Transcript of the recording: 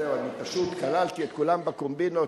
אני פשוט כללתי את כולם בקומבינות,